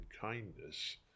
kindness